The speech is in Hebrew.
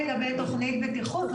זה לגבי תוכנית בטיחות,